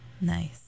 Nice